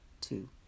two